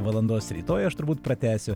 valandos rytoj aš turbūt pratęsiu